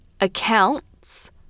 accounts